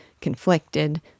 conflicted